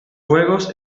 juegos